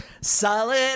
Solid